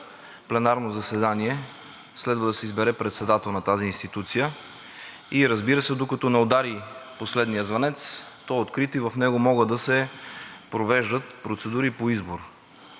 пленарно заседание следва да се избере председател на тази институция и разбира се, докато не удари последният звънец, то е открито и в него могат да се провеждат процедури по избор.